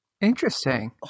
Interesting